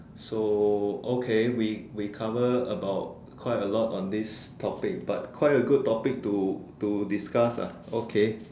so okay we we cover about quite a lot on this topic but quite a good topic to to discuss ah okay